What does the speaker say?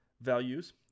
values